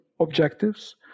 objectives